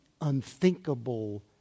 unthinkable